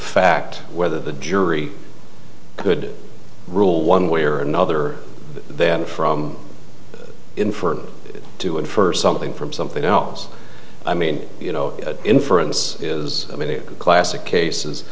of fact whether the jury could rule one way or another then from inferred to infer something from something else i mean you know inference is classic cases